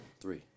Three